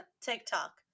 TikTok